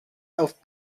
auf